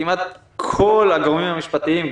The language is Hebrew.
כמעט כל הגורמים המשפטיים,